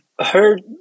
heard